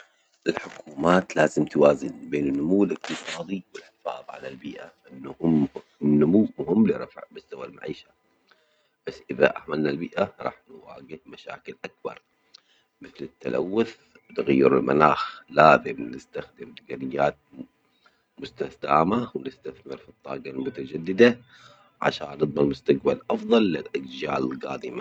الحكومات لازم توازن بين النمو الاجتصادي والحفاظ على البيئة، النهو- النمو مهم لرفع مستوى المعيشة، بس إذا أهملنا البيئة راح نواجه مشاكل أكبر مثل التلوث وتغير المناخ، لازم نستخدم تجنيات م- مستذامة و نستثمر الطاجة المتجددة عشان نضمن مستقبل أفضل للأجيال الجادمة.